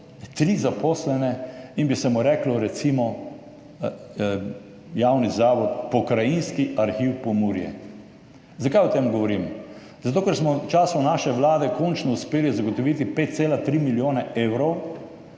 tri zaposlene in bi se mu reklo recimo javni zavod pokrajinski arhiv Pomurje. Zakaj o tem govorim? Zato ker smo v času naše vlade končno uspeli zagotoviti 5,3 milijona evrov